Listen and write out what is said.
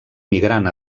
migrant